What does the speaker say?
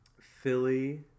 Philly